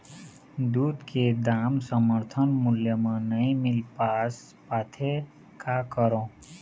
दूध के दाम समर्थन मूल्य म नई मील पास पाथे, का करों?